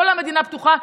כל המדינה פתוחה,